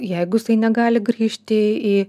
jeigu jisai negali grįžti į